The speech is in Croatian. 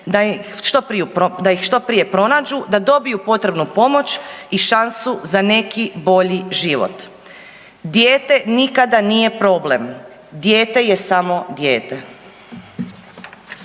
da ih što prije pronađu, da dobiju potrebnu pomoć i šansu za neki bolji život. Dijete nikada nije problem, dijete je samo dijete.